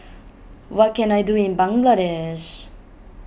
what can I do in Bangladesh